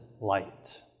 light